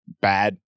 bad